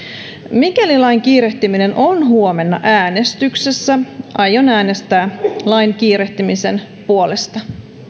mikäli lain kiirehtiminen on huomenna äänestyksessä aion äänestää lain kiirehtimisen puolesta